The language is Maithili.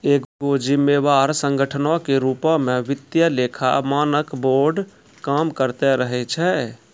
एगो जिम्मेवार संगठनो के रुपो मे वित्तीय लेखा मानक बोर्ड काम करते रहै छै